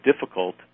difficult